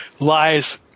lies